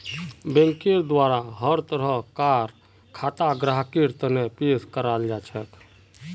बैंकेर द्वारा हर तरह कार खाता ग्राहकेर तने पेश कराल जाछेक